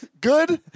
Good